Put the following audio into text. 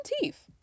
teeth